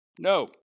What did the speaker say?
No